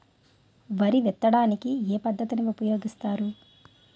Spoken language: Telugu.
వరి విత్తడానికి ఏ పద్ధతిని ఉపయోగిస్తారు?